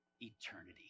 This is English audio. eternity